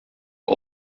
are